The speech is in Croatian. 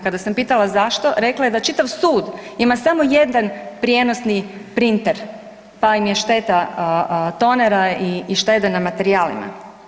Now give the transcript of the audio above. Kada sam pitala zašto rekla je da čitav sud ima samo jedan prijenosni printer, pa im je šteta tonera i štede na materijalima.